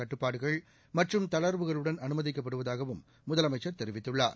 கட்டுப்பாடுகள் மற்றும் தளர்வுகளுடன் அனுமதிக்கப்படுவதாகவும் முதலமைச்சர் தெரிவித்துள்ளார்